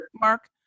Mark